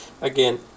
Again